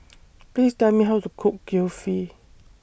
Please Tell Me How to Cook Kulfi